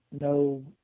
no